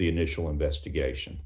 the initial investigation